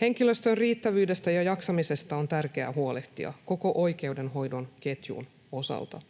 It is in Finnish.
Henkilöstön riittävyydestä ja jaksamisesta on tärkeää huolehtia koko oikeudenhoidon ketjun osalta.